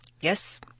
Yes